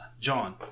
John